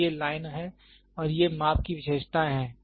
तो ये लाइन हैं और ये माप की विशेषताएँ हैं